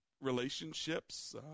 relationships